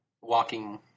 walking